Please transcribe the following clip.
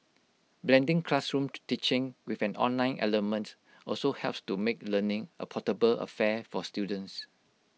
blending classroomed teaching with an online element also helps to make learning A portable affair for students